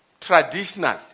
traditional